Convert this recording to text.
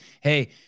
Hey